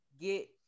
get